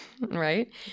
right